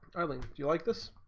i mean you like this